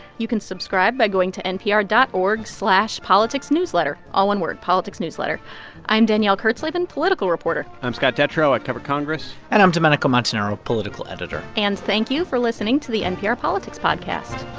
you can subscribe by going to npr dot org slash politicsnewsletter all one word politicsnewsletter i'm danielle kurtzleben, political reporter i'm scott detrow. i cover congress and i'm domenico montanaro, political editor and thank you for listening to the npr politics podcast